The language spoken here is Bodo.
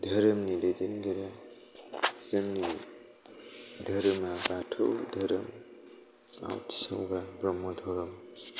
धोरोमनि दैदेनगिरि जोंनि धोरोमा बाथौ धोरोम आवथि सावग्रा ब्रह्म धोरोम